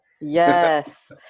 yes